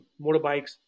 motorbikes